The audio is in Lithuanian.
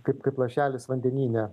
kaip kaip lašelis vandenyne